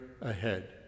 ahead